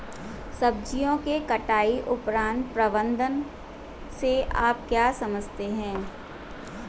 सब्जियों के कटाई उपरांत प्रबंधन से आप क्या समझते हैं?